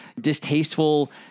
distasteful